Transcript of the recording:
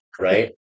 right